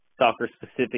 soccer-specific